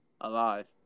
Alive